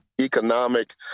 economic